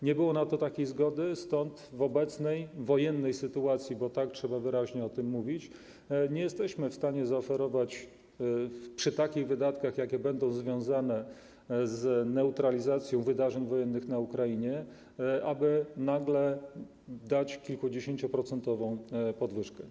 Nie było na to takiej zgody, stąd w obecnej wojennej sytuacji, bo tak trzeba wyraźnie o tym mówić, nie jesteśmy w stanie przy takich wydatkach, jakie będą związane z neutralizacją wydarzeń wojennych na Ukrainie, dać nagle kilkudziesięcioprocentowej podwyżki.